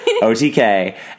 OTK